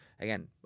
again